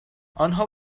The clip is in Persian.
آنها